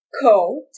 coat